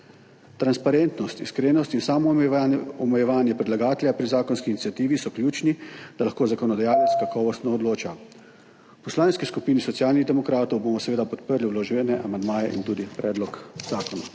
Transparentnost, iskrenost in samoomejevanje predlagatelja pri zakonski iniciativi so ključni, da lahko zakonodajalec kakovostno odloča. V Poslanski skupini Socialnih demokratov bomo seveda podprli vložene amandmaje in tudi predlog zakona.